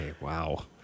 Wow